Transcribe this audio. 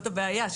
(יו"ר הוועדה המיוחדת לזכויות הילד): זאת הבעיה,